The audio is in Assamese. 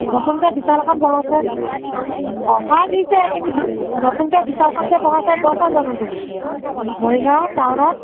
নতুনকৈ বিশাল এখন বহাইছে অফাৰ দিছে কিন্তু নতুনকৈ বিশালখন যে বহাইছে গৈছা জানো তুমি মৰিগাঁও টাউনত